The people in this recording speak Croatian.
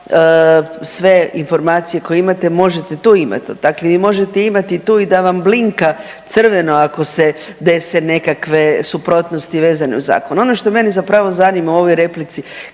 sve informacije koje imate možete tu imati. Dakle, vi možete imati tu i da vam blinka crveno ako se dese nekakve suprotnosti vezane uz zakon. Ono što mene zapravo zanima u ovoj replici